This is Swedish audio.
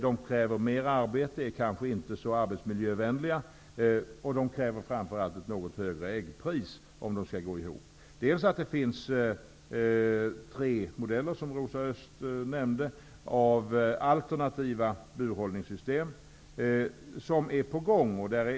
De kräver mera arbete och är kanske inte så arbetsmiljövänliga, och de kräver framför allt ett något högre äggpris för att gå ihop ekonomiskt. Dels finns det tre modeller, som Rosa Östh nämnde, för alternativa burhållningssystem på gång.